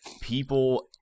people